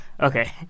Okay